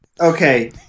Okay